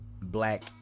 black